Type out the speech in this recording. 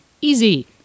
easy